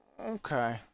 Okay